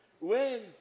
wins